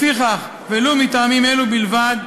לפיכך, ולו מטעמים אלו בלבד,